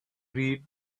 read